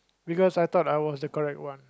because I thought I was the correct one